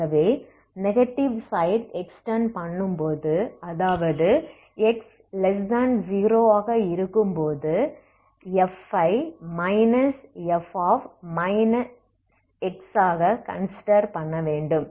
ஆகவே negative side extend பண்ணும்போது அதாவது x0ஆக இருக்கும் பொது Fஐ Fஆகா கன்சிடெர் பண்ண வேண்டும்